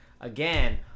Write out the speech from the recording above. again